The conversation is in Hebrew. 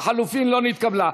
לחלופין, לא נתקבלה.